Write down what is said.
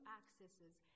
accesses